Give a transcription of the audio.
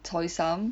Choy-sum